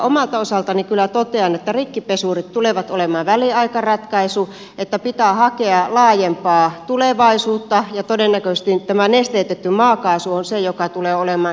omalta osaltani kyllä totean että rikkipesurit tulevat olemaan väliaikaratkaisu niin että pitää hakea laajempaa tulevaisuutta ja todennäköisesti tämä nesteytetty maakaasu on se joka tulee olemaan se asia